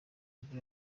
nibwo